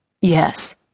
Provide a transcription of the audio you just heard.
Yes